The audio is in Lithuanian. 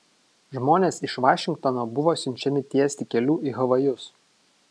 žmonės iš vašingtono buvo siunčiami tiesti kelių į havajus